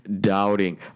doubting